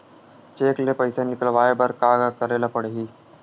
Cheque ले पईसा निकलवाय बर का का करे ल पड़हि?